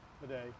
today